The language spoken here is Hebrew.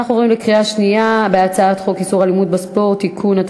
אנחנו עוברים להצבעה על הצעת חוק איסור אלימות בספורט (תיקון),